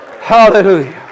Hallelujah